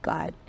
God